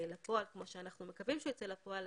לפועל כמו שאנחנו מקווים שהוא יצא לפועל,